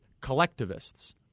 collectivists